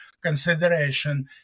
consideration